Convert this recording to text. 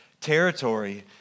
territory